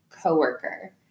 coworker